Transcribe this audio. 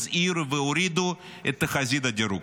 הזהירו והורידו את תחזית הדירוג.